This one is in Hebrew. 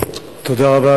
תודה רבה.